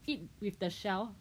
eat with the shell